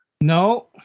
No